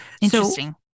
Interesting